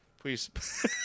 Please